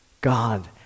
God